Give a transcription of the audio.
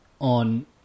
on